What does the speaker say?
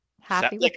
happy